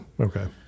Okay